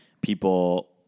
people